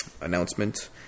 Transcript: announcement